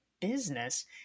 business